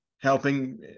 helping